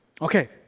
Okay